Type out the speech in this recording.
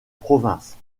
provinces